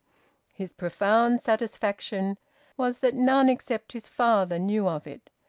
his profound satisfaction was that none except his father knew of it,